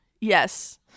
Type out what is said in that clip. yes